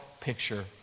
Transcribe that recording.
picture